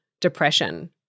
depression